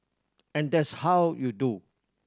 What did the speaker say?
and that's how you do